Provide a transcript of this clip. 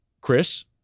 Chris